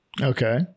Okay